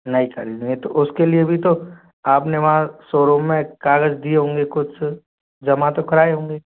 नहीं खरीदनी है तो उसके लिए भी तो आपने वहाँ सोरूम में कागज़ दिए होंगे कुछ जमा तो कराए होंगे